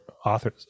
authors